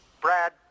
Brad